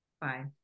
Bye